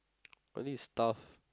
only stuff